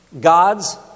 God's